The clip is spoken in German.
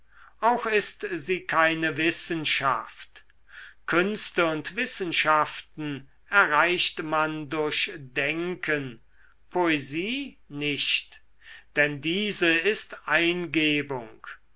auch ist sie keine wissenschaft künste und wissenschaften erreicht man durch denken poesie nicht denn diese ist eingebung